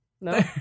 No